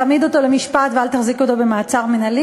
תעמיד אותו למשפט ואל תחזיק אותו במעצר מינהלי.